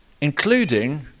including